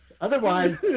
Otherwise